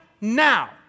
now